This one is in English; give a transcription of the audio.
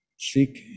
seek